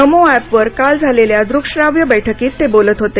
नमो ऍपवर काल झालेल्या दृकश्राव्य बैठकीत ते बोलत होते